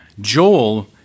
Joel